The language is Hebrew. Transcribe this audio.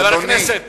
חבר הכנסת